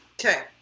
Okay